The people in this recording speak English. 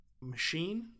machine